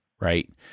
right